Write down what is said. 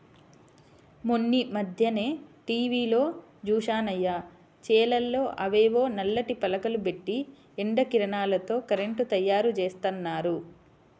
మొన్నీమధ్యనే టీవీలో జూశానయ్య, చేలల్లో అవేవో నల్లటి పలకలు బెట్టి ఎండ కిరణాలతో కరెంటు తయ్యారుజేత్తన్నారు